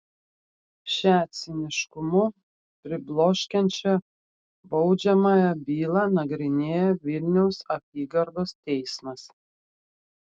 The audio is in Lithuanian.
šią ciniškumu pribloškiančią baudžiamąją bylą nagrinėja vilniaus apygardos teismas